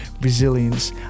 resilience